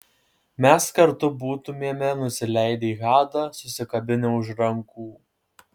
mes kartu būtumėme nusileidę į hadą susikabinę už rankų